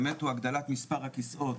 באמת הוא הגדלת מספר הכסאות,